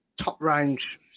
top-range